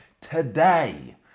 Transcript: today